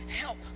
help